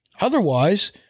Otherwise